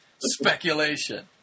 Speculation